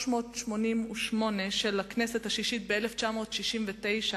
ה-388 של הכנסת השישית, ב-1969,